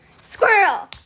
squirrel